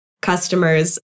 customers